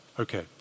Okay